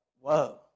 whoa